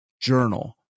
journal